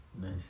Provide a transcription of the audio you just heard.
nice